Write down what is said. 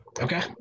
Okay